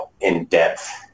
in-depth